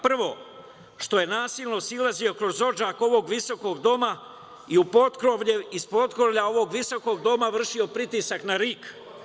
Prvo, što je nasilno silazio kroz odžak ovog visokog doma i sa potkrovlja ovog visokog doma vršio pritisak na RIK.